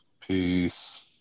Peace